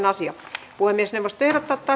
asia puhemiesneuvosto ehdottaa että